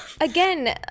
Again